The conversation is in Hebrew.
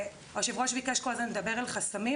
היושב-ראש ביקש כל הזמן לדבר על חסמים,